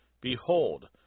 Behold